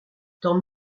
tant